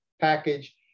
package